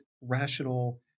rational